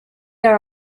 are